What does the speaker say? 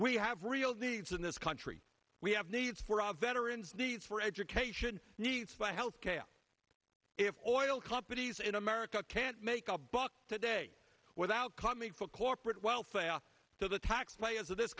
we have real needs in this country we have needs for our veterans these for education by health care if oil companies in america can't make a buck today without coming for corporate welfare to the taxpayers of this